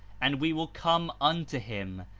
and we will come unto him,